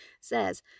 says